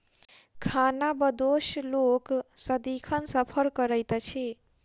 खानाबदोश लोक सदिखन सफर करैत अछि